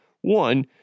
One